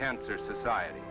cancer society